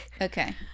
Okay